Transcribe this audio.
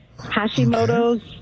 hashimoto's